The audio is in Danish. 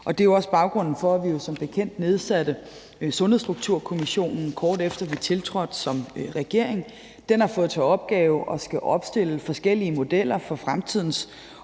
Det er jo også baggrunden for, at vi jo som bekendt nedsatte en sundhedsstrukturkommission, kort efter vi tiltrådt som regering. Den har fået til opgave at skulle opstille forskellige modeller for fremtidens